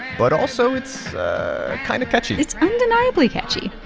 but also, it's kind of catchy it's undeniably catchy